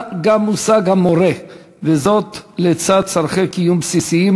מורה ומחנך היו מושא להערכה גדולה,